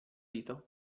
dito